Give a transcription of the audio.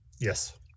Yes